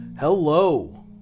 Hello